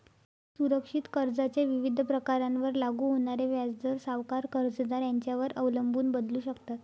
असुरक्षित कर्जाच्या विविध प्रकारांवर लागू होणारे व्याजदर सावकार, कर्जदार यांच्यावर अवलंबून बदलू शकतात